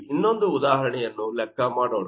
ಇನ್ನೊಂದು ಉದಾಹರಣೆಯನ್ನು ಲೆಕ್ಕ ಮಾಡೋಣ